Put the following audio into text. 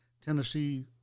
Tennessee